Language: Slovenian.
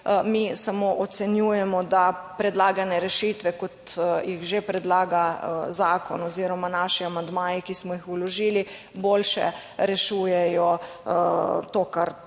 Mi samo ocenjujemo, da predlagane rešitve kot jih že predlaga zakon oziroma naši amandmaji, ki smo jih vložili, boljše rešujejo to kar